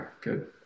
Good